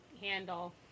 handle